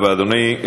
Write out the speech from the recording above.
תודה רבה, אדוני.